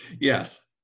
Yes